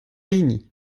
hini